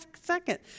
second